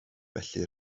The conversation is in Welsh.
felly